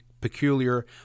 peculiar